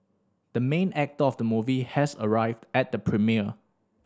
the main actor of the movie has arrived at the premiere